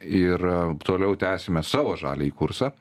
ir toliau tęsime savo žaliąjį kursą